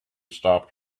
stop